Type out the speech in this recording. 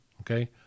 Okay